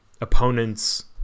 opponents